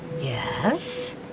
Yes